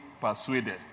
persuaded